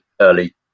early